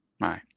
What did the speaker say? Right